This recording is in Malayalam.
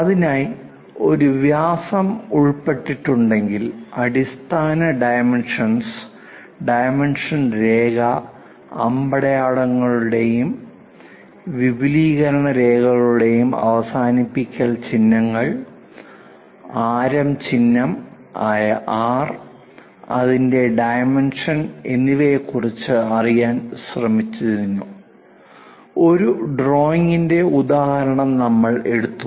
അതിനായി ഒരു വ്യാസം ഉൾപ്പെട്ടിട്ടുണ്ടെങ്കിൽ അടിസ്ഥാന ഡൈമെൻഷൻസ് ഡൈമെൻഷൻ രേഖ അമ്പടയാളങ്ങളുടെയും വിപുലീകരണ രേഖകളുടെയും അവസാനിപ്പിക്കൽ ചിഹ്നങ്ങൾ ആരം ചിഹ്നം ആയ ആർ അതിന്റെ ഡൈമെൻഷൻ എന്നിവയെക്കുറിച്ച് അറിയാൻ ശ്രമിക്കുന്നതിനു ഒരു ഡ്രോയിംഗിന്റെ ഉദാഹരണം നമ്മൾ എടുത്തു